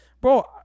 Bro